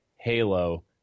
halo